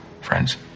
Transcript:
friends